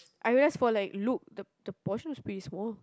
I realised for like Luke the the portion is pretty small